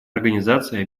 организации